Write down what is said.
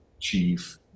chief